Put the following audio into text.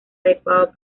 adecuado